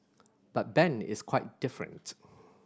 but Ben is quite different